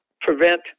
prevent